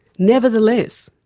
nevertheless,